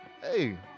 Hey